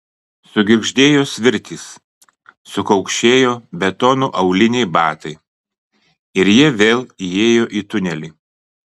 sugirgždėjo svirtys sukaukšėjo betonu auliniai batai ir jie vėl įėjo į tunelį